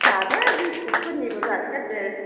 जादो गेस्टिकफोरनिबो जासोगारदों